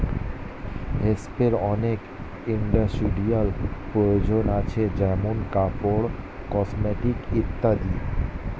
হেম্পের অনেক ইন্ডাস্ট্রিয়াল প্রয়োজন আছে যেমন কাপড়, কসমেটিকস ইত্যাদি